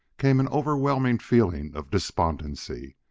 came an overwhelming feeling of despondency.